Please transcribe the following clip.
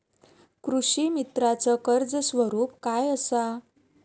कृषीमित्राच कर्ज स्वरूप काय असा?